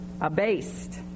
Abased